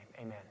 amen